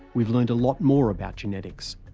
we've learned a lot more about genetics.